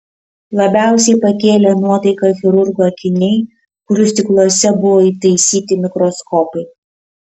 labiausiai pakėlė nuotaiką chirurgų akiniai kurių stikluose buvo įtaisyti mikroskopai